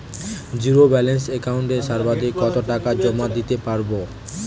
Zero balance একাউন্টে সর্বাধিক কত টাকা জমা দিতে পারব?